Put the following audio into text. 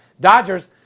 Dodgers